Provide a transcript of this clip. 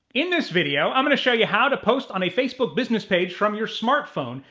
in this video, i'm gonna show you how to post on a facebook business page from your smartphone.